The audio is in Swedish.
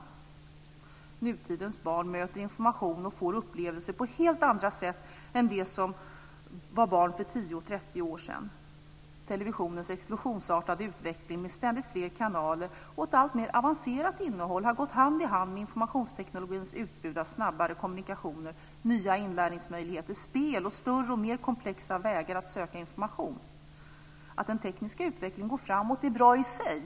Nutidens barn möter information och får upplevelser på helt andra sätt än de som var barn för 10 och 30 år sedan. Televisionens explosionsartade utveckling med ständigt fler kanaler och ett alltmer avancerat innehåll har gått hand i hand med informationsteknologins utbud av snabbare kommunikationer, nya inlärningsmöjligheter, spel och större och mer komplexa vägar att söka information. Att den tekniska utvecklingen går framåt är bra i sig.